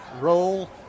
roll